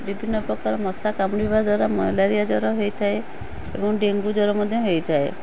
ବିଭିନ୍ନ ପ୍ରକାର ମଶା କାମୁଡ଼ିବା ଦ୍ୱାରା ମ୍ୟାଲେରିଆ ଜ୍ୱର ହେଇଥାଏ ଏବଂ ଡେଙ୍ଗୁ ଜ୍ୱର ମଧ୍ୟ ହେଇଥାଏ